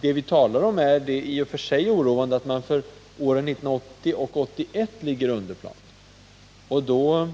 Det vi talar om, är det i och för sig oroande i att man för åren 1980 och 1981 ligger under planen. Då